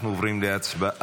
אנחנו עוברים להצבעה.